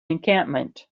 encampment